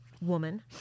Woman